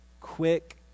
quick